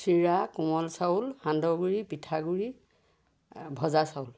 চিৰা কোমল চাউল সান্দহগুড়ি পিঠাগুড়ি ভজা চাউল